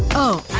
oh.